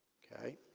ok.